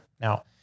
Now